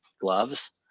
gloves